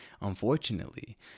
unfortunately